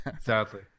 Sadly